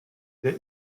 der